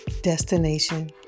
Destination